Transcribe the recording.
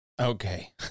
Okay